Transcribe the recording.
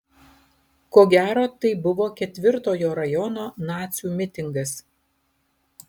ko gero tai buvo ketvirtojo rajono nacių mitingas